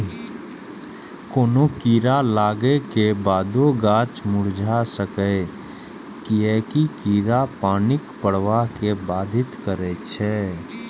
कोनो कीड़ा लागै के बादो गाछ मुरझा सकैए, कियैकि कीड़ा पानिक प्रवाह कें बाधित करै छै